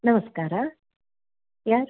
ನಮಸ್ಕಾರ ಯಾರು